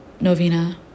Novena